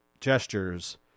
gestures